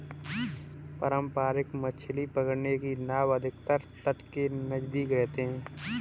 पारंपरिक मछली पकड़ने की नाव अधिकतर तट के नजदीक रहते हैं